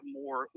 more